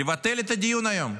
לבטל את הדיון היום.